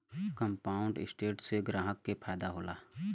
compound interest से ग्राहकन के फायदा होला